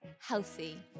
healthy